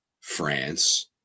France